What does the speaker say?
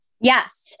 Yes